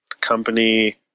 company